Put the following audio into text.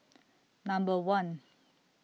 Number one